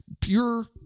Pure